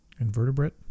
Invertebrate